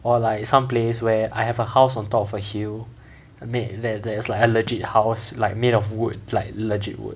or like some place where I have a house on top of a hill there there's like a legit house like made of wood like legit wood